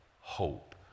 hope